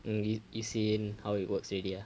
mm you you've seen how it works already ah